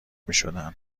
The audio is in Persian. میشدن